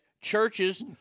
Churches